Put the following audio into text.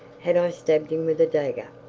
had i stabbed him with a dagger,